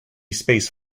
space